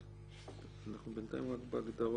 אנחנו בינתיים רק בהגדרות.